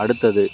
அடுத்தது